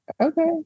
Okay